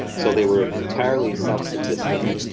so they were entirely self-subsisting,